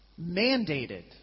mandated